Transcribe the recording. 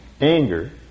Anger